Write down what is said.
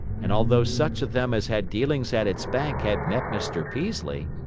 and although such of them as had dealings at its bank had met mr. peaslee,